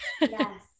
Yes